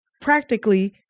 practically